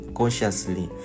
consciously